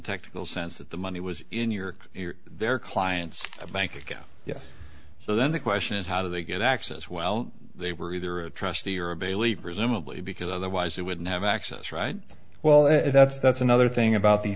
technical sense that the money was in your their client's bank account yes so then the question is how do they get access well they were either a trustee or of a leap presumably because otherwise they wouldn't have access right well that's that's another thing about the